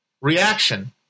reaction